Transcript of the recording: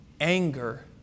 anger